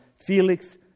Felix